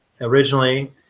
originally